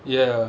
ya